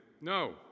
no